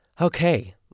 okay